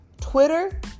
Twitter